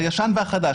הישן והחדש.